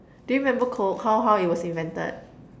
do you remember coke how how it was invented